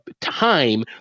time